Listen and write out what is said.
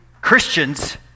Christians